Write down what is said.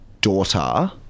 daughter